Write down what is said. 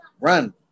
run